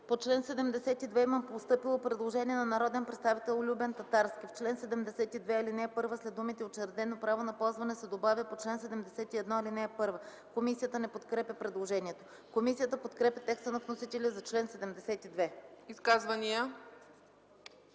По чл. 72 има постъпило предложение на народния представител Любен Татарски: В чл. 72, ал. 1 след думите „учредено право на ползване” се добавя „по чл. 71, ал. 1”. Комисията не подкрепя предложението. Комисията подкрепя текста на вносителя за чл. 72. ПРЕДСЕДАТЕЛ